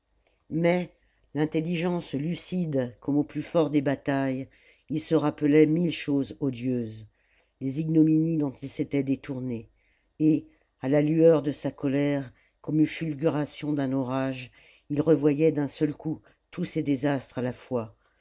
mais l'intehigence lucide comme au plus fort des batailles il se rappelait mille choses odieuses des ignominies dont il s'était détourné et à la îueur de sa colère comme aux fulgurations d'un orage il revoyait d'un seul coup tous ses désastres à la fois